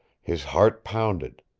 his heart pounded.